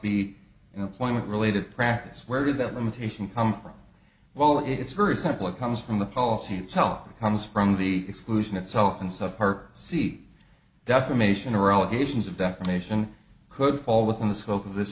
be employment related practice where that limitation come from well it's very simple it comes from the policy itself it comes from the exclusion itself and sub sea defamation or allegations of defamation could fall within the scope of this